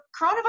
coronavirus